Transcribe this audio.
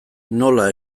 nola